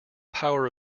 power